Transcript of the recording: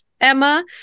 Emma